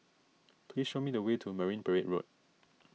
please show me the way to Marine Parade Road